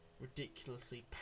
ridiculously